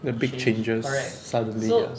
the big changes suddenly ah